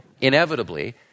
inevitably